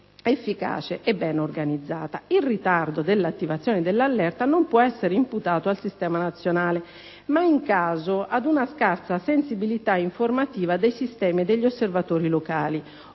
efficace e ben organizzata. Il ritardo nell'attivazione dell'allerta non può essere imputato al Sistema nazionale ma, in caso, ad una scarsa sensibilità informativa dei sistemi e degli osservatori locali,